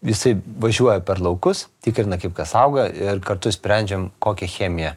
jisai važiuoja per laukus tikrina kaip kas auga ir kartu sprendžiam kokią chemiją